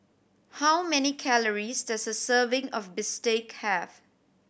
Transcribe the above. how many calories does a serving of bistake have